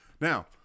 Now